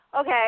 okay